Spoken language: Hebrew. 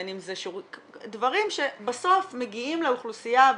דברים שבסוף מגיעים לאוכלוסייה.